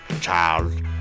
child